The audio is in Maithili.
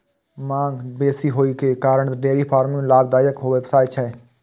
मांग बेसी होइ के कारण डेयरी फार्मिंग लाभदायक व्यवसाय छियै